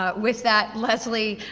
ah with that, leslie,